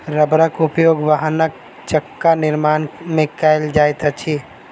रबड़क उपयोग वाहनक चक्का निर्माण में कयल जाइत अछि